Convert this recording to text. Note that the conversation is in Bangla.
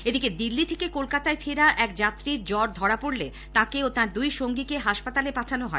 এদিকে দিল্লি থেকে কলকাতায় ফেরা এক যাত্রীর জ্বর ধরা পড়লে তাকে ও তার দুই সঙ্গীকে হাসপাতালে পাঠানো হয়